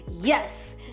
Yes